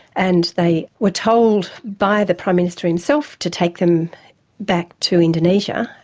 and they were told by the prime minister himself to take them back to indonesia.